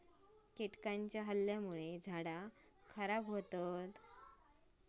कीटकांच्या हल्ल्यामुळे झाडा खराब होतत